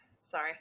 sorry